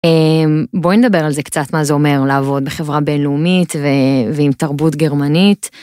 בואי נדבר על זה קצת מה זה אומר לעבוד בחברה בינלאומית ועם תרבות גרמנית.